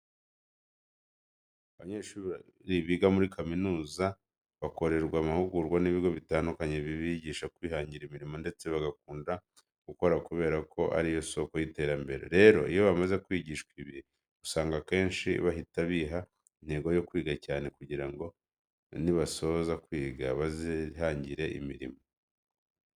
Abanyeshuri biga muri kaminuza, bakorerwa amahugurwa n'ibigo bitandukanye bibigisha kwihangira imirimo ndetse bagakunda gukora kubera ko ari yo soko y'iterambere. Rero iyo bamaze kwigishwa ibi, usanga akenshi bahita biha intego yo kwiga cyane kugira ngo nibasoza kwiga bazihangire imirimo.